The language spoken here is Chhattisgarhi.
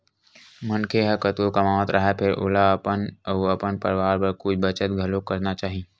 मनखे ह कतको कमावत राहय फेर ओला अपन अउ अपन परवार बर कुछ बचत घलोक करना चाही